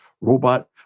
robot